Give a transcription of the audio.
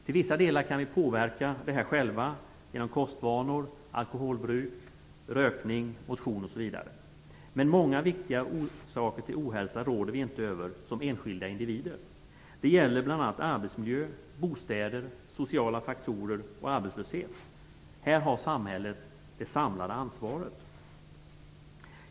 Till vissa delar kan vi själva påverka vår hälsa: genom kostvanor, alkoholbruk, rökning, motion osv. Men många viktiga orsaker till ohälsa råder vi inte över som enskilda individer. Det gäller bl.a. arbetsmiljö, bostäder, sociala faktorer och arbetslöshet. Här har samhället det samlade ansvaret.